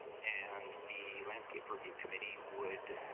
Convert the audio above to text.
and the landscape review committee would